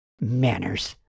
Manners